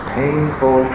painful